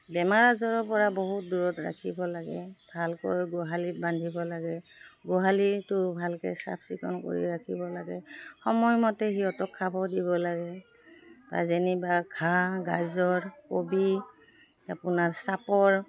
বেমাৰ আজৰৰ পৰা বহুত দূৰত ৰাখিব লাগে ভালকৈ গোহালিত বান্ধিব লাগে গোহালিটো ভালকৈ চাফ চিকুণ কৰি ৰাখিব লাগে সময়মতে সিহঁতক খাব দিব লাগে বা যেনিবা ঘাঁহ গাজৰ কবি আপোনাৰ চাপৰ